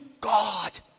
God